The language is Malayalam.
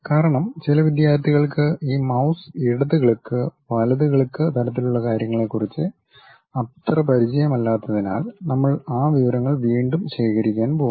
കാരണം ചില വിദ്യാർത്ഥികൾക്ക് ഈ മൌസ് ഇടത് ക്ലിക്ക് വലത് ക്ലിക്ക് തരത്തിലുള്ള കാര്യങ്ങളെക്കുറിച്ച് അത്ര പരിചിതമല്ലാത്തതിനാൽ നമ്മൾ ആ വിവരങ്ങൾ വീണ്ടും ശേഖരിക്കാൻ പോകുന്നു